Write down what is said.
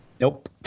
Nope